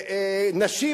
נשים,